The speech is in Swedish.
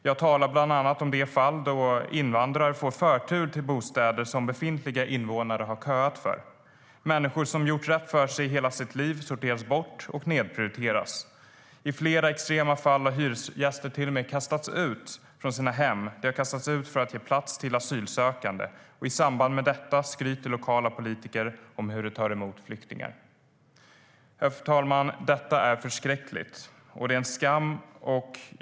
Jag talar bland annat om de fall då invandrare får förtur till bostäder som befintliga invånare har köat för. Människor som gjort rätt för sig i hela sitt liv sorteras bort och nedprioriteras. I flera extrema fall har hyresgäster till och med kastats ut från sina hem för att ge plats till asylsökande. I samband med detta skryter lokala politiker om hur de tar emot flyktingar. Herr talman! Detta är förskräckligt och en skam.